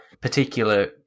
particular